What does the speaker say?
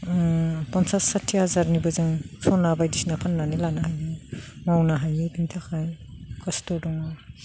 पन्सास साथ्थि हाजारनिबो जों सना बायदिसिना फाननानैबो लानो हायो मावनो हायो बेनि थाखाय कस्त' दङ